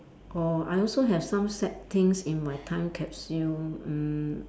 orh I also have some sad things in my time capsule mm